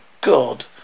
god